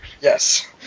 Yes